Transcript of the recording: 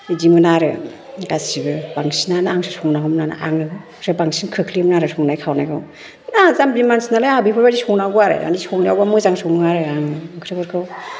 बिदिमोन आरो गासिबो बांसिनानो आंसो संनांगौमोनानो आङो ओमफ्राय बांसिन खोख्लैयोमोन आरो संनाय खावनायखौ आंहा जाम्बि मानसि नालाय आंहा बेफोरबायदि संनांगौ आरो माने संनायावबो मोजां सङो आरो आङो ओंख्रिफोरखौ